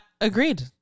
Agreed